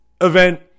event